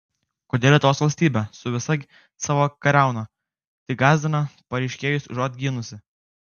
kodėl lietuvos valstybė su visa savo kariauna tik gąsdina pareiškėjus užuot gynusi